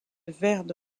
verde